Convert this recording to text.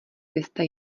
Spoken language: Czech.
byste